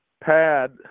pad